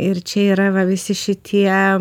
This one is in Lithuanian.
ir čia yra va visi šitie